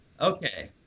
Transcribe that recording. Okay